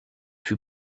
fut